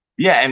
yeah, and